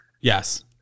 Yes